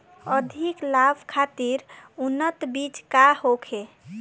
अधिक लाभ खातिर उन्नत बीज का होखे?